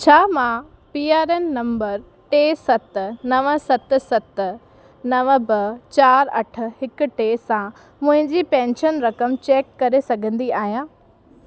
छा मां P R N number टे सत नव सत सत सत नव ॿ चार अठ हिकु टे सां मुंहिंजी पैंशन रक़म चैक करे सघंदी आहियां